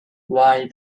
why